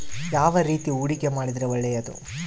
ಯಾವ ರೇತಿ ಹೂಡಿಕೆ ಮಾಡಿದ್ರೆ ಒಳ್ಳೆಯದು?